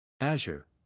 Azure